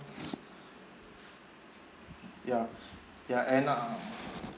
ya ya and err